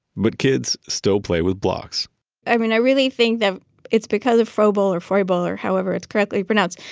but kids still play with blocks i mean, i really think that it's because of froebel, or frobel, or however it's correctly pronounced,